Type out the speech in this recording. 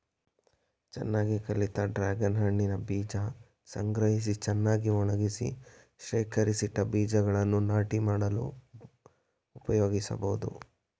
ಚೆನ್ನಾಗಿ ಕಳಿತ ಡ್ರಾಗನ್ ಹಣ್ಣಿನ ಬೀಜ ಸಂಗ್ರಹಿಸಿ ಚೆನ್ನಾಗಿ ಒಣಗಿಸಿ ಶೇಖರಿಸಿಟ್ಟ ಬೀಜಗಳನ್ನು ನಾಟಿ ಮಾಡಲು ಉಪಯೋಗಿಸ್ಬೋದು